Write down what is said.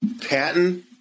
Patton